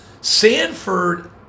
Sanford